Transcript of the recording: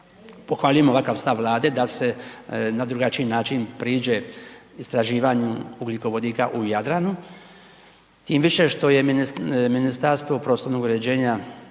pohvaljujemo ovakav stav Vlade da se na drugačiji način priđe istraživanju ugljikovodika u Jadranu tim više što je Ministarstvo prostornog uređenja